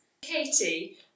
Katie